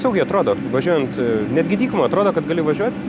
saugiai atrodo važiuojant netgi dykuma atrodo kad gali važiuot